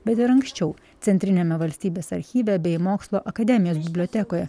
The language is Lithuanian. bet ir anksčiau centriniame valstybės archyve bei mokslo akademijos bibliotekoje